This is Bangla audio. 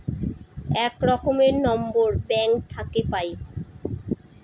এক রকমের নম্বর ব্যাঙ্ক থাকে পাই